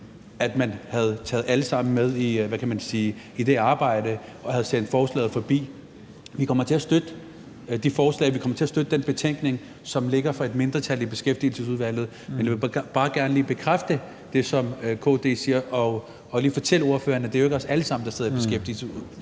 at man havde taget alle sammen med i det arbejde og havde sendt forslaget forbi. Vi kommer til at støtte den del af betænkningen, som ligger fra et mindretal i Beskæftigelsesudvalget, og jeg vil bare gerne lige bekræfte det, som KD siger, og lige fortælle ordføreren, at det jo ikke er os alle sammen, der sidder i Beskæftigelsesudvalget,